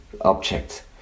objects